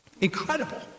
Incredible